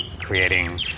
creating